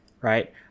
right